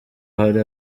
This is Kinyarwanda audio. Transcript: hari